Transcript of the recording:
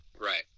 Right